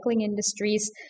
industries